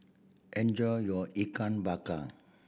enjoy your Ikan Bakar